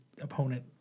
opponent